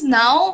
now